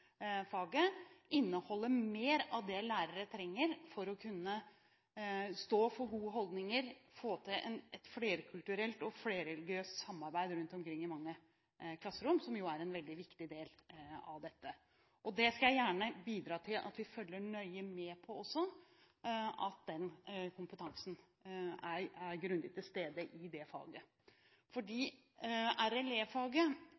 inneholder mer av det lærere trenger for å kunne stå for gode holdninger og få til et flerkulturelt og flerreligiøst samarbeid rundt omkring i mange klasserom, som er en veldig viktig del av dette. Jeg skal gjerne bidra til at vi følger nøye med på at den kompetansen er grundig til stede i det faget,